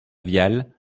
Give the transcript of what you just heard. viale